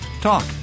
talk